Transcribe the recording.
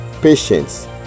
patience